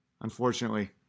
Unfortunately